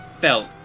Felt